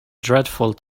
dreadful